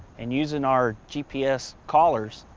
and using our gps collars,